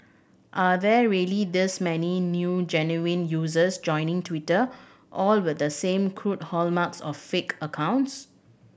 are there really this many new genuine users joining Twitter all with the same crude hallmarks of fake accounts